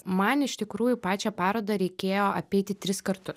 man iš tikrųjų pačią parodą reikėjo apeiti tris kartus